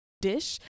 dish